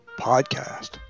Podcast